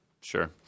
sure